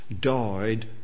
died